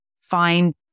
find